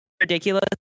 ridiculous